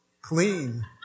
clean